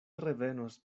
revenos